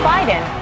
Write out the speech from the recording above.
Biden